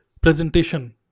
presentation